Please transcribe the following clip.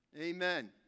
Amen